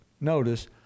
Notice